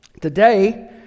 Today